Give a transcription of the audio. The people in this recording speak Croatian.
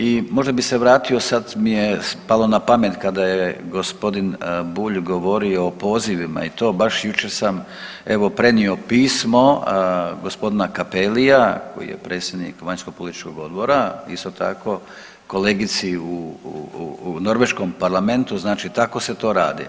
I možda bi se vratio, sad mi je palo na pamet kada je g. Bulj govorio o pozivima i to, baš jučer sam evo prenio pismo g. Cappellija koji je predsjednik Vanjskopolitičkog odbora, isto tako kolegici u norveškom parlamentu, znači tako se to radi.